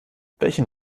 welchen